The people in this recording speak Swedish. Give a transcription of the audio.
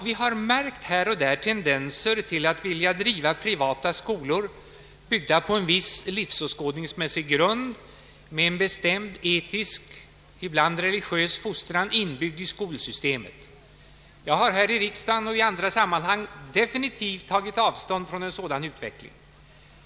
Vi har här och där märkt tendenser till att vilja driva privata skolor, byggda på en viss livsåskådningsmässig grund, med en bestämd etisk, ibland religiös, fostran inbyggd i systemet. Jag har i riksdagen och i andra sammanhang definitivt tagit avstånd från en sådan utveckling.